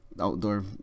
outdoor